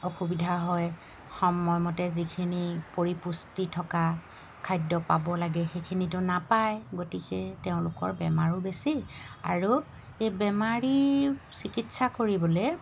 অসুবিধা হয় সময়মতে যিখিনি পৰিপুষ্টি থকা খাদ্য পাব লাগে সেইখিনিতো নাপায় গতিকে তেওঁলোকৰ বেমাৰো বেছি আৰু এই বেমাৰী চিকিৎসা কৰিবলৈ